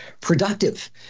productive